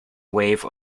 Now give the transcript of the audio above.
wave